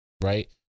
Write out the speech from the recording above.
right